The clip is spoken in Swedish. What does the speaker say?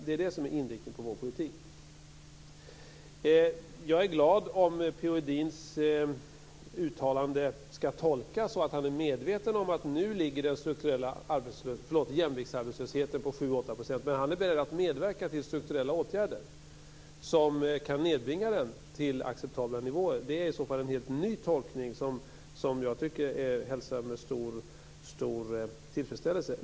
Det är inriktningen på vår politik. Jag är glad om P-O Edins uttalande skall tolkas så att han är medveten om att nu ligger jämviktsarbetslösheten på 7-8 % och att han är beredd att medverka till strukturella åtgärder som kan nedbringa den till acceptabla nivåer. Det är i så fall en helt ny tolkning som jag hälsar med stor tillfredsställelse.